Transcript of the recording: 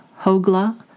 Hogla